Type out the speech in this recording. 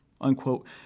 unquote